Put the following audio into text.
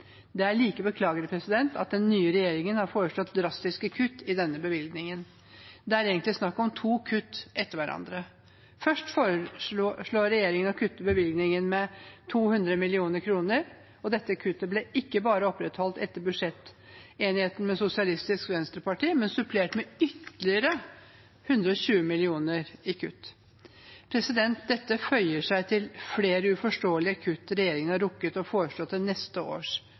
Det er like beklagelig at den nye regjeringen har foreslått drastiske kutt i denne bevilgningen. Det er egentlig snakk om to kutt etter hverandre. Først foreslår regjeringen å kutte bevilgningen med 200 mill. kr. Dette kuttet ble ikke bare opprettholdt etter budsjettenigheten med Sosialistisk Venstreparti, men supplert med ytterligere 120 mill. kr i kutt. Dette føyer seg til flere uforståelige kutt regjeringen har rukket å foreslå i neste års